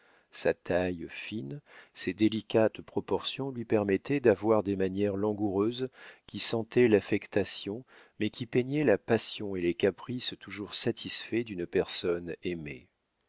sa taille fine ses délicates proportions lui permettaient d'avoir des manières langoureuses qui sentaient l'affectation mais qui peignaient la passion et les caprices toujours satisfaits d'une personne aimée